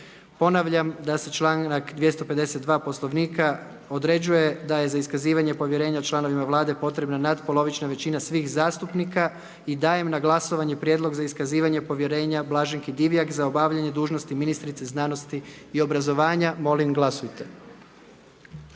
Naglašavam da člankom 252. Poslovnika se određuje da je za iskazivanje povjerenja članovima Vlade potrebna natpolovična većina svih zastupnika. Dajem na glasovanje Prijedlog za iskazivanje povjerenja Lovri Kuščeviću za obavljanje dužnosti ministra uprave. Molim glasujte.